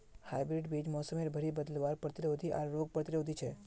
hybrid बीज मोसमेर भरी बदलावर प्रतिरोधी आर रोग प्रतिरोधी छे